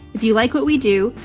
if you like what we do,